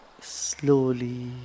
slowly